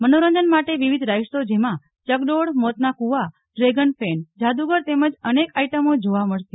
મનોરંજન માટે વિવિધ રાઈડસો જેમાં ચગડોળ મોતના કુવા ડ્રેગન ફેન જાદ્વગર તેમજ અનેક આઈટમો જોવા મળશે